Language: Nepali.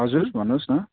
हजुर भन्नुहोस् न